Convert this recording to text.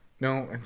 No